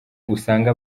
usanga